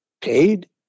paid